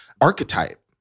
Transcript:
archetype